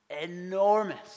Enormous